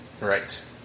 Right